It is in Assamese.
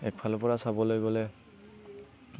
একফালৰ পৰা চাবলৈ গ'লে